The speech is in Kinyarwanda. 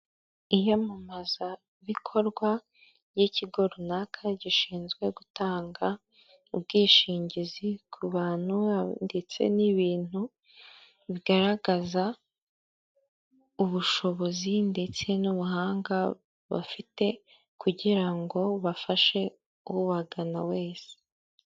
Iyamamazabikorwa ry'ikigo runaka gishinzwe gutanga ubwishingizi ku bantu ndetse n'ibintu bigaragaza ubushobozi ndetse n'ubuhanga bafite kugira ngo bafashe ubagana wese.